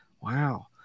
Wow